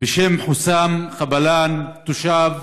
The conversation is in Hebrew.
בן ארבעה חודשים בשם חוסאם קבלאן, תושב